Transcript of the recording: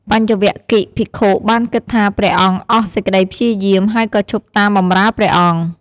បញ្ចវគិ្គយ៍ភិក្ខុបានគិតថាព្រះអង្គអស់សេចក្តីព្យាយាម ហើយក៏ឈប់តាមបម្រើព្រះអង្គ។